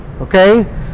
Okay